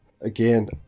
Again